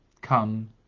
come